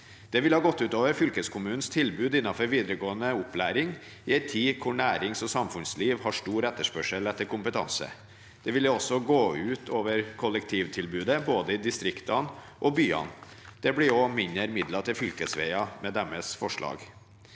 Det ville gått ut over fylkeskommunenes tilbud innenfor videregående opplæring i en tid hvor nærings- og samfunnsliv har stor etterspørsel etter kompetanse. Det ville gått ut over kollektivtilbudet både i distriktene og byene. Det ville også blitt mindre midler til fylkesveier med deres forslag.